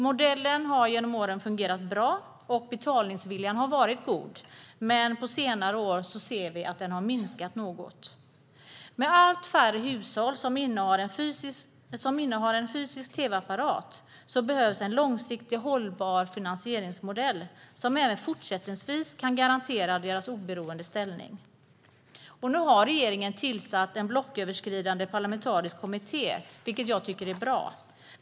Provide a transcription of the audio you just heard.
Modellen har genom åren fungerat bra, och betalningsviljan har varit god. Men under senare år ser vi att den minskat något. Med allt färre hushåll som innehar en fysisk tv-apparat behövs en långsiktigt hållbar finansieringsmodell som även fortsättningsvis kan garantera public services oberoende ställning. Nu har regeringen tillsatt en blocköverskridande parlamentarisk kommitté, vilket jag tycker är bra.